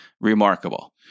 remarkable